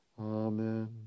Amen